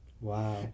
Wow